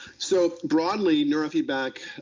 so broadly, neurofeedback,